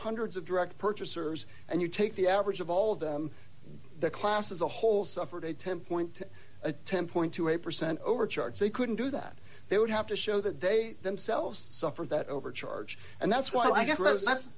hundreds of direct purchasers and you take the average of all of them the class as a whole suffered a ten point to a ten twenty eight percent overcharge they couldn't do that they would have to show that they themselves suffered that overcharge and that's why i guess rose that's